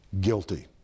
guilty